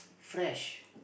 fresh